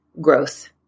growth